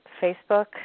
Facebook